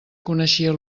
coneixia